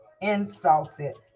insulted